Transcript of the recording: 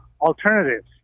alternatives